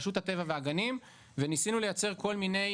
רשות הטבע והגנים וניסינו לייצר כל מיני